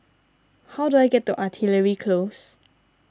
how do I get to Artillery Close